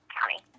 County